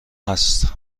هست